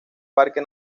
parque